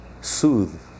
soothe